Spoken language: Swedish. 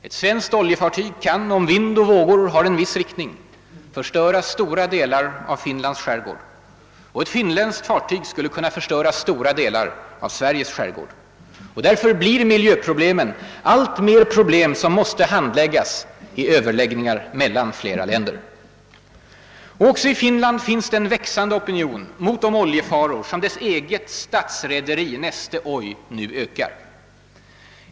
Ett svenskt oljefartyg kan -— om vind och vågor har en viss riktning — förstöra stora delar av Finlands skärgård, och ett finländskt fartyg skulle kunna förstöra stora delar av Sveriges skärgård. Därför blir miljöfrågorna alltmer problem som måste handläggas i överläggningar mellan flera länder. Ockå i Finland finns en växande opinion mot de oljefaror som dess eget statsrederi Neste Oy nu ökar.